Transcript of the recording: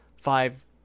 five